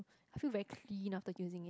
I feel very clean after using it